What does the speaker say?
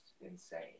insane